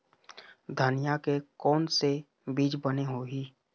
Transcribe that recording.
धनिया के कोन से बीज बने होही?